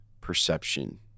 perception